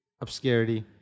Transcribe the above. obscurity